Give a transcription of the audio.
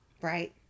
right